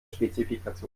spezifikation